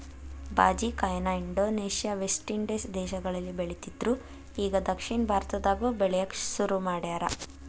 ಜಾಜಿಕಾಯಿನ Indonesia, West Indies ದೇಶಗಳಲ್ಲಿ ಬೆಳಿತ್ತಿದ್ರು ಇಗಾ ದಕ್ಷಿಣ ಭಾರತದಾಗು ಬೆಳ್ಯಾಕ ಸುರು ಮಾಡ್ಯಾರ